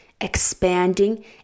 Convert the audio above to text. expanding